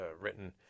written